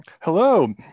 Hello